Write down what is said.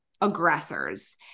aggressors